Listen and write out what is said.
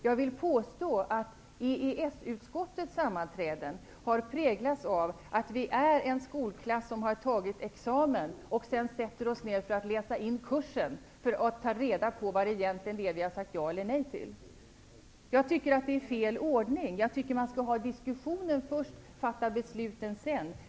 Jag vill påstå att EES-utskottets sammanträden har präglats av att vi är en skolklass som har tagit examen och sedan sätter oss ned för att läsa in kursen, för att ta reda på vad det egentligen är vi har sagt ja eller nej till. Jag tycker att det är fel ordning. Jag anser att man skall ha diskussionen först och fatta besluten sedan.